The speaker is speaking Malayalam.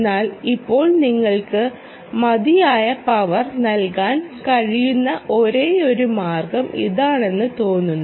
എന്നാൽ ഇപ്പോൾ നിങ്ങൾക്ക് മതിയായ പവർ നൽകാൻ കഴിയുന്ന ഒരേയൊരു മാർഗ്ഗം ഇതാണെന്ന് തോന്നുന്നു